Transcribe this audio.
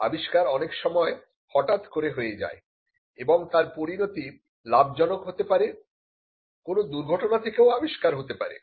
আবিষ্কার অনেক সময় হঠাৎ করে হয়ে যায় এবং তার পরিণতি লাভজনক হতে পারে কোন দুর্ঘটনা থেকেও আবিষ্কার হতে পারে